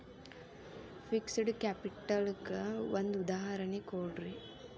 fixed capital ಕ್ಕ ಒಂದ್ ಉದಾಹರ್ಣಿ ಕೊಡ್ರಿ